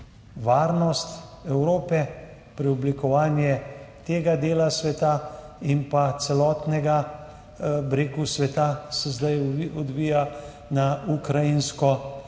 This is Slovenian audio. Varnost Evrope, preoblikovanje tega dela sveta in celotnega, bi rekel, sveta se zdaj odvija na ukrajinsko-ruski